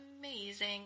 amazing